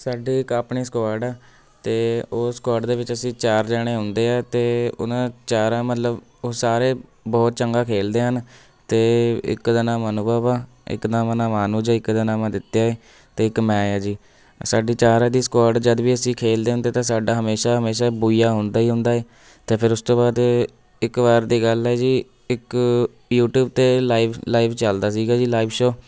ਸਾਡੇ ਇੱਕ ਆਪਣੀ ਸਕਾਡ ਆ ਅਤੇ ਉਹ ਸਕਾਡ ਦੇ ਵਿੱਚ ਅਸੀਂ ਚਾਰ ਜਾਣੇ ਹੁੰਦੇ ਹਾਂ ਅਤੇ ਉਹਨਾਂ ਚਾਰਾਂ ਮਤਲਬ ਉਹ ਸਾਰੇ ਬਹੁਤ ਚੰਗਾ ਖੇਲਦੇ ਹਨ ਅਤੇ ਇੱਕ ਦਾ ਨਾਮ ਅਨੁਭਵ ਹੈ ਇੱਕ ਦਾ ਨਾਮ ਅਨੂਜ ਏ ਇੱਕ ਦਾ ਨਾਮ ਆਦਿਤਆ ਅਤੇ ਇੱਕ ਮੈਂ ਆ ਜੀ ਸਾਡੀ ਚਾਰ ਦੀ ਸਕੋਡ ਜਦ ਵੀ ਅਸੀਂ ਖੇਲਦੇ ਹੁੰਦੇ ਤਾਂ ਸਾਡਾ ਹਮੇਸ਼ਾਂ ਹਮੇਸ਼ਾਂ ਬੂਈਆ ਹੁੰਦਾ ਹੀ ਹੁੰਦਾ ਅਤੇ ਫਿਰ ਉਸ ਤੋਂ ਬਾਅਦ ਇੱਕ ਵਾਰ ਦੀ ਗੱਲ ਹੈ ਜੀ ਇੱਕ ਯੂਟਿਊਬ 'ਤੇ ਲਾਈਵ ਲਾਈਵ ਚੱਲਦਾ ਸੀਗਾ ਜੀ ਲਾਈਵ ਸ਼ੋਅ